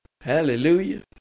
Hallelujah